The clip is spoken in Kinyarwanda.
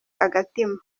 agatima